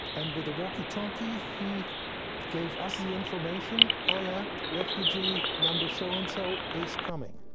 and with the walkie-talkie, he gave us the information. oh yeah, refugee number so and so is coming.